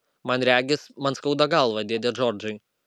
man regis man skauda galvą dėde džordžai